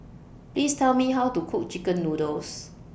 Please Tell Me How to Cook Chicken Noodles